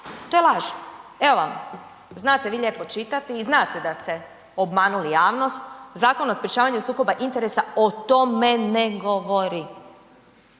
To je laž. Evo vam znate vi lijepo čitati i znate da ste obmanuli javnost, Zakon o sprečavanju sukoba interesa o tome ne govori,